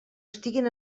estiguen